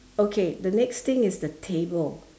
okay the next thing is the table